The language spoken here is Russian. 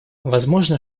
возможно